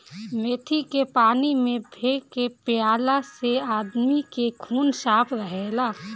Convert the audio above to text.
मेथी के पानी में भे के पियला से आदमी के खून साफ़ रहेला